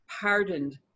pardoned